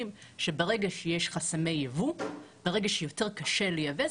ואנחנו מכירים כבר שברגע שיש חסמי ייבוא ויותר קשה לייבא,